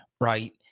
right